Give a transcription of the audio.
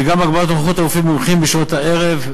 וגם הגברת נוכחות רופאים מומחים בשעות הערב,